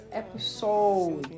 episode